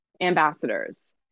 ambassadors